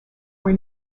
were